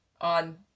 on